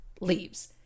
leaves